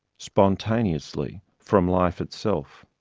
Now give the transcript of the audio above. spontaneously, from life itself.